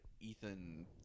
Ethan